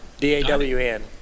D-A-W-N